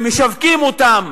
שמשווקים אותם,